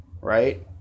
right